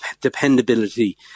dependability